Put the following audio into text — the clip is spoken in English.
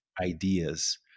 ideas